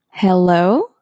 Hello